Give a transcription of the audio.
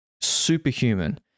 superhuman